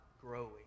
growing